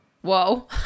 Whoa